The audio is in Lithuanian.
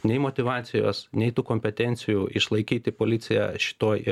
nei motyvacijos nei tų kompetencijų išlaikyti policiją šitoj